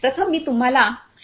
प्रथम मी तुम्हाला श्री